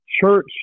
church